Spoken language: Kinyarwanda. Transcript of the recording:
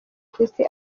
kwisi